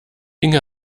inge